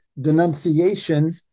denunciation